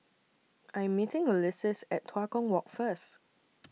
I Am meeting Ulises At Tua Kong Walk First